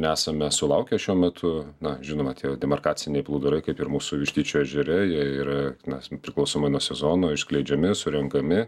nesame sulaukę šiuo metu na žinoma tie demarkaciniai plūdurai kaip ir mūsų vištyčio ežere jie yra na priklausomai nuo sezono išskleidžiami surenkami